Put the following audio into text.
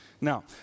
Now